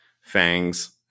fangs